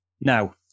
Now